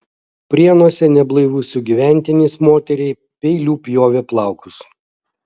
prienuose neblaivus sugyventinis moteriai peiliu pjovė plaukus